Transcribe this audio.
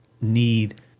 need